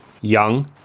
Young